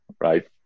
right